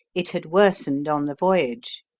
it had worsened on the voyage.